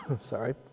Sorry